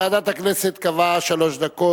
ועדת הכנסת קבעה שלוש דקות,